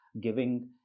giving